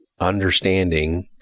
understanding